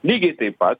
lygiai taip pat